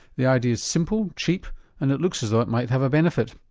the idea's simple, cheap and it looks as though it might have a benefit.